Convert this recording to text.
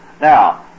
Now